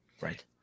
right